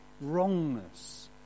wrongness